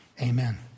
Amen